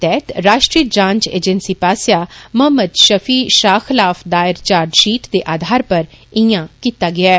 तैहत राश्ट्रीय जांच एजेंसी पास्सेआ मोहम्मद षफी षाह खिलाु दायर चार्ज षिट दे आधार पर इंया कीता गेआ ऐ